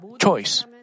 choice